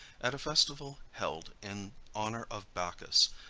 at a festival held in honor of bacchus,